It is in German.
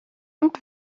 und